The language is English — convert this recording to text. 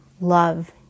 love